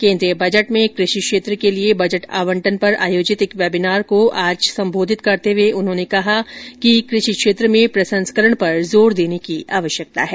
केन्द्रीय बजट में कृषि क्षेत्र के लिए बजट आवंटन पर आयोजित एक वेबिनार को आज संबोधित करते हुए उन्होंने कहा कि कृषि क्षेत्र में प्रसंस्करण पर जोर देने की आवश्यकता है